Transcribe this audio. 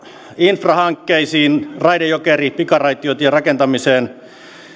infrahankkeisiin raide jokeri pikaraitiotien rakentamiseen helsingin